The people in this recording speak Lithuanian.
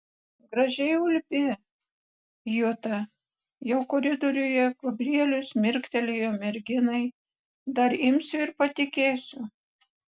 gražiai ulbi juta jau koridoriuje gabrielius mirktelėjo merginai dar imsiu ir patikėsiu